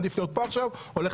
גם על זה